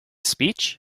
speech